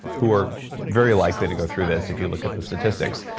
who are very likely to go through this if you look at the statistics.